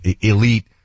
elite